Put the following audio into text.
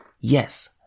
Yes